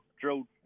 drilled